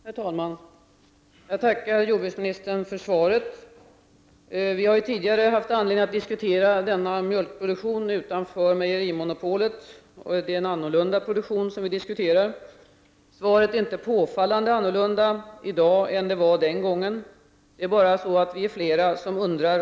Herr talman! Jag tackar jordbruksministern för svaret. Vi har tidigare haft anledning att diskutera denna mjölkproduktion utanför mejerimonopolet, dvs. en annan typ av produktion. Svaret är inte påfallande annorlunda i dag än det var förra gången. Det är bara så att vi nu är flera som frågar.